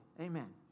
Amen